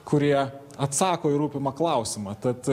kurie atsako į rūpimą klausimą tad